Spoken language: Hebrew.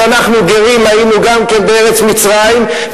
ומכיוון שאנחנו גרים היינו גם כן בארץ מצרים,